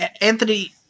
Anthony